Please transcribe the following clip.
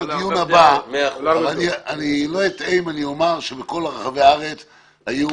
אם אומר שבכל רחבי הארץ היו